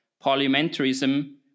parliamentarism